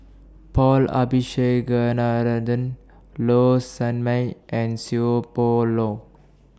Paul Low Sanmay and Seow Poh Leng